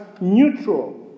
neutral